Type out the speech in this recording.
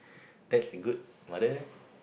that's a good mother